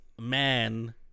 Man